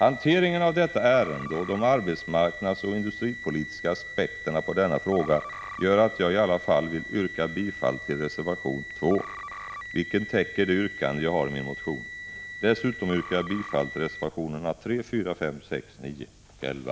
Hanteringen av detta ärende och de arbetsmarknadsoch industripolitiska aspekterna på denna fråga gör att jag i alla fall vill yrka bifall till reservation 2, vilken täcker det yrkande jag har i min motion. Dessutom yrkar jag bifall till reservationerna 3, 4, 5, 6, 9 och 11.